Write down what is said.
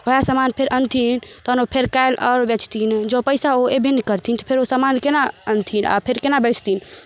ओएह समान फेर अनथिन तहन ओ फेर काल्हि आओर बेचथिन जँ पैसा ओ एबै नहि करथिन तऽ फेर ओ समान केना अनथिन आ फेर केना बेचथिन